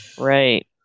Right